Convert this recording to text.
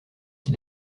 qui